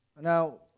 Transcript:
Now